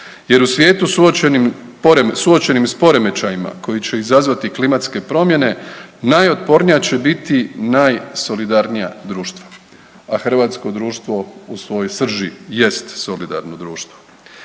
jer u svijetu suočenim s poremećajima koji će izazvati klimatske promjene, najotpornija će biti najsolidarnija društva, a hrvatskoj društvo u svojoj srži jest solidarno društvo.